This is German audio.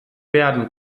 werden